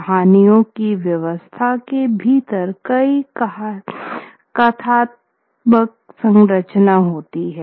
कहानियों की व्यवस्था के भीतर कोई कथात्मक संरचना नहीं है